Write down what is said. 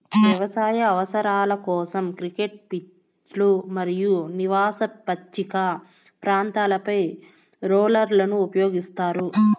వ్యవసాయ అవసరాల కోసం, క్రికెట్ పిచ్లు మరియు నివాస పచ్చిక ప్రాంతాలపై రోలర్లను ఉపయోగిస్తారు